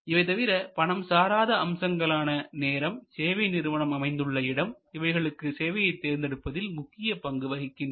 இவை தவிர பணம் சாராத அம்சங்களான நேரம் சேவை நிறுவனம் அமைந்துள்ள இடம் இவைகளும் சேவையை தேர்ந்தெடுப்பதில் முக்கிய பங்கு வகிக்கின்றன